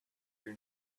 your